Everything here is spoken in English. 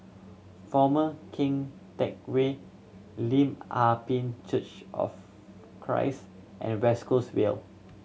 Former Keng Teck Whay Lim Ah Pin Church of Christ and West Coast Vale